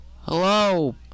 Hello